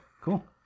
cool